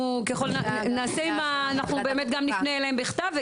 אנחנו באמת גם נפנה אליהם בכתב,